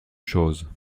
choses